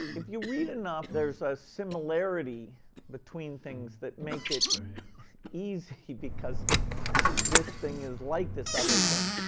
if you read enough, there's a similarity between things that make it easy, because this thing is like this other thing.